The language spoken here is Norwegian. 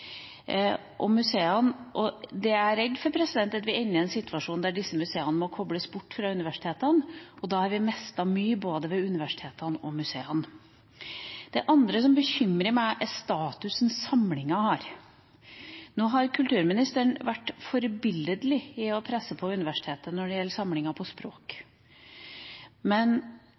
disse museene holder på å gjøre fysisk sett, må vi som politikere gjøre noe, og det jeg er redd for, er at vi ender i en situasjon der disse museene må kobles bort fra universitetene. Da har vi mistet mye både ved universitetene og ved museene. Det andre som bekymrer meg, er statusen samlinga har. Nå har kulturministeren vært forbilledlig i å presse på universitetet når det gjelder samlinga